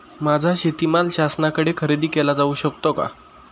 माझा शेतीमाल शासनाकडे खरेदी केला जाऊ शकतो का?